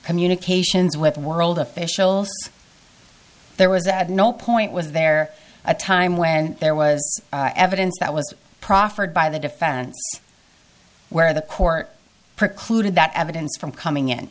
communications with world officials there was a had no point was there a time when there was evidence that was proffered by the defendant where the court precluded that evidence from coming in